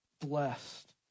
Blessed